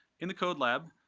in the code lab,